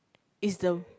is the